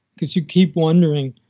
because you keep wondering,